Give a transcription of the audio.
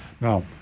Now